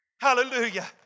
Hallelujah